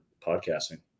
podcasting